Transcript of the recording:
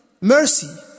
mercy